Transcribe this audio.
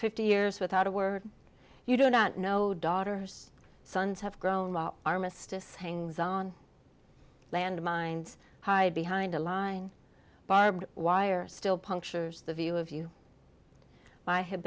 fifty years without a word you do not know daughters sons have grown armistice hangs on landmines hide behind a line barbed wire still punctures the view of you by h